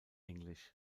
english